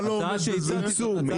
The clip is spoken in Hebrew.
ההצעה שהצעתי זאת הצעה סבירה.